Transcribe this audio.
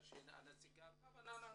פעולה.